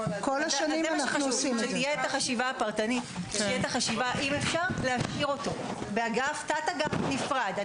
חשוב שתהיה החשיבה הפרטנית אם אפשר להשאיר אותו בתת אגף נפרד.